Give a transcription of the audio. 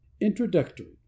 Introductory